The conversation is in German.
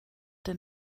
den